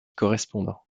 correspondant